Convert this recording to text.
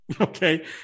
okay